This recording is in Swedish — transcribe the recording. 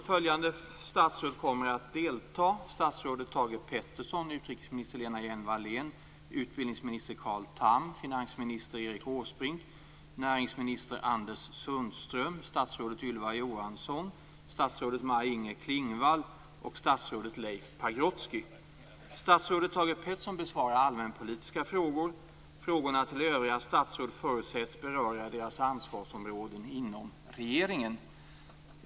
Följande statsråd kommer att delta: statsrådet Statsrådet Thage G Peterson besvarar allmänpolitiska frågor. Frågorna till övriga statsråd förutsätts beröra deras ansvarsområden inom regeringen.